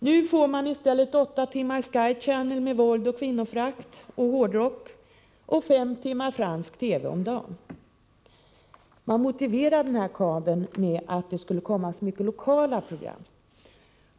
Nu får man i stället åtta timmar Sky Channel med våld, kvinnoförakt och hårdrock samt fem timmar fransk TV om dagen. Den här kabeln motiveras med att det skulle komma så mycket lokala program.